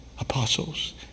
apostles